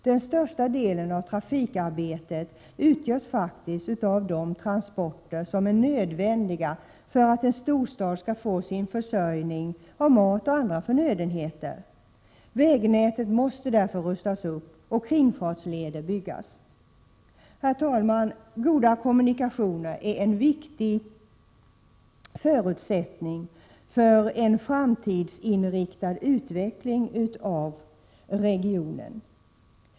Den största delen av trafiken utgörs faktiskt av de transporter som är nödvändiga för att en storstad skall få sin försörjning med mat och andra förnödenheter. Vägnätet måste därför rustas upp och kringfartsleder byggas. Herr talman! Goda kommunikationer är en viktig förutsättning för en framtidsinriktad utveckling av regionen.